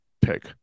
pick